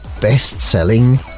best-selling